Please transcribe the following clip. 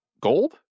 gold